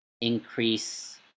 increase